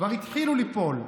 כבר התחילו ליפול.